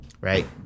right